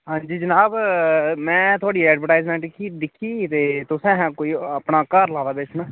हांजी जनाब में थुआढ़ी एडवर्टाईजमेंट दिक्खी दिक्खी ते तुसें अहें कोई अपना घर लाएदा बेच्चना